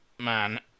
Man